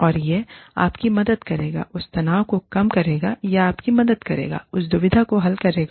और यह आपकी मदद करेगा उस तनाव को कम करेगा या आपकी मदद करेगा उस दुविधा को हल करेगा